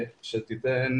שתדבר